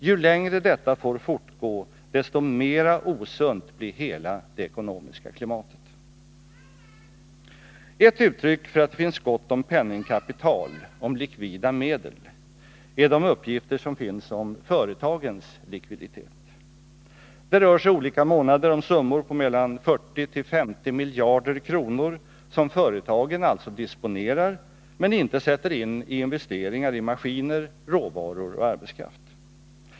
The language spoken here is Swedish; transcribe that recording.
Ju längre detta får fortgå, desto mera osunt blir hela det ekonomiska klimatet. Ett uttryck för att det finns gott om penningkapital, om likvida medel, är de uppgifter som finns om företagens likviditet. Det rör sig olika månader om summor på mellan 40 och 50 miljarder kronor som företagen alltså disponerar men inte sätter in i investeringar i maskiner, råvaror och arbetskraft.